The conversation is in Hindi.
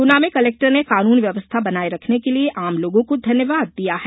गुना में कलेक्टर ने कानून व्यवस्था बनाये रखने के लिये आम लोगों को धन्यवाद दिया है